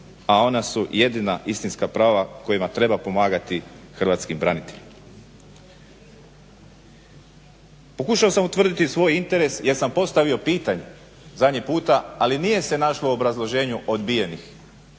a ona su jedina istinska prava kojima treba pomagati hrvatskim braniteljima. Pokušao sam utvrditi svoj interes jer sam postavio pitanje zadnji puta, ali nije se našlo u obrazloženju odbijenih.